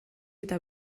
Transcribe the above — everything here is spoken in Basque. eta